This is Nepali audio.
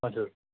हजुर